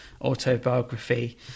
autobiography